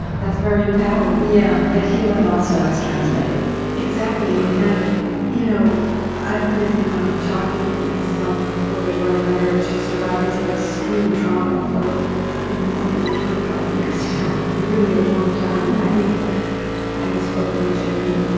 that's very empowering yeah that healing, also, is transmitted exactly. and you know i've been talking in some way or another to survivors of extreme trauma for, i don't know, more than twenty five years now really, a long time. i think i've spoken to,